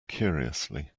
curiously